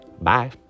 Bye